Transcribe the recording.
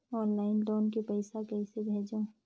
Online loan के पईसा कइसे भेजों?